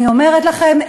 אני אומרת לכם,